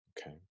Okay